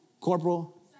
corporal